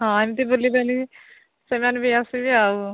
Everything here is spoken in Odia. ହଁ ଏମିତି ବୁଲିବା ସେମାନେ ବି ଆସିବେ ଆଉ